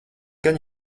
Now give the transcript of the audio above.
gan